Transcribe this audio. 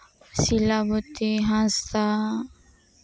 Silabati Hansda